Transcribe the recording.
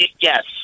Yes